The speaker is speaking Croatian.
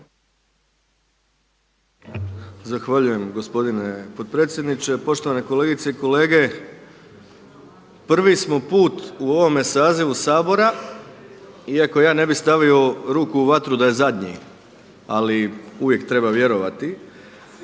Zahvaljujem gospodine potpredsjedniče. Poštovane kolegice i kolege. Prvi smo put u ovome sazivu Sabora, iako ja ne bi stavio ruku u vatru da je zadnji, ali uvijek treba vjerovati,